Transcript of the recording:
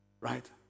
Right